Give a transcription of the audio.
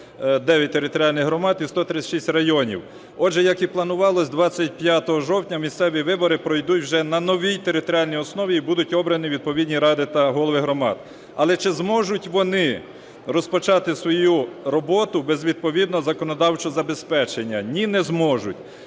територіальних громад і 136 районів. Отже, як і планувалось, 25 жовтня місцеві вибори пройдуть вже на новій територіальній основі і будуть обрані відповідні ради та голови громад. Але чи зможуть вони розпочати свою роботу без відповідного законодавчого забезпечення? Ні, не зможуть.